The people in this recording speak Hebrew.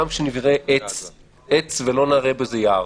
כשנראה עץ ולא נראה בזה יער.